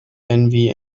envy